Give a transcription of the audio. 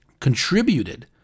contributed